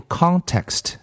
context